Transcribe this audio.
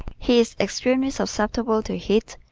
he is extremely susceptible to heat,